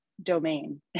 domain